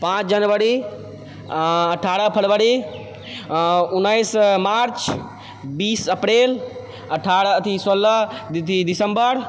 पाँच जनवरी आओर अठारह फरवरी उन्नैस मार्च बीस अप्रिल अठारह अथी सोलह दिसम्बर